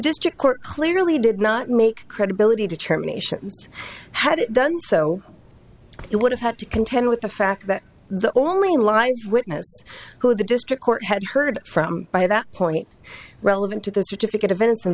district court clearly did not make credibility determinations had it done so it would have had to contend with the fact that the only lived witness who the district court had heard from by that point relevant to the